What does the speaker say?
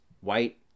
white